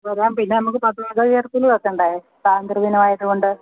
വരാം പിന്നെ നമുക്ക് പതാക ഉയർത്തൽ വെക്കണ്ടായോ സ്വാതന്ത്ര്യ ദിനം ആയതു കൊണ്ട്